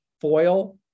foil